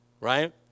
Right